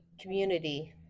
community